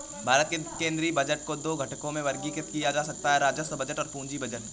भारत के केंद्रीय बजट को दो घटकों में वर्गीकृत किया जा सकता है राजस्व बजट और पूंजी बजट